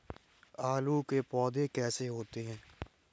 आलू के पौधे कैसे होते हैं?